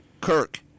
Kirk